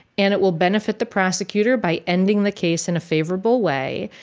and it will benefit the prosecutor by ending the case in a favorable way.